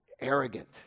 Arrogant